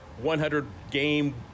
100-game